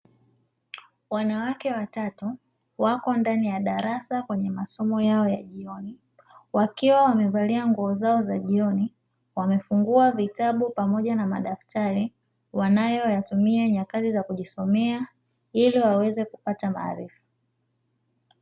Wanawake watatu, wako ndani ya darasa kwenye masomo yao ya jioni. Wakiwa wamevalia nguo zao za jioni, wamefungua vitabu pamoja na madaftari wanayoyatumia nyakati za kijisomea, ili waweze kupata maarifa.